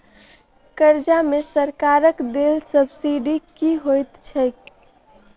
कर्जा मे सरकारक देल सब्सिडी की होइत छैक?